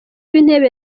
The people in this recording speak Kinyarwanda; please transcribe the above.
w’intebe